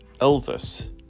Elvis